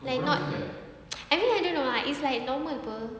like not I mean I don't know ah it's like normal [pe]